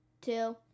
Two